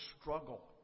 struggle